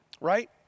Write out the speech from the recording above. right